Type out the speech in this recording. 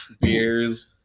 beers